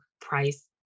price